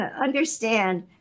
Understand